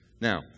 Now